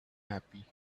happy